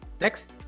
next